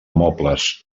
mobles